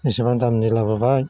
एसेबां दामनि लाबोबाय